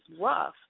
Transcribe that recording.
rough